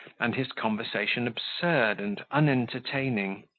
and his conversation absurd and unentertaining